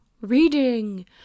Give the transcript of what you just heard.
reading